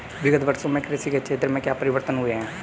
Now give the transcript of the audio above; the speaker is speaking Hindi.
विगत वर्षों में कृषि के क्षेत्र में क्या परिवर्तन हुए हैं?